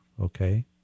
okay